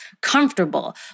comfortable